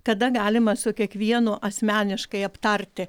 kada galima su kiekvienu asmeniškai aptarti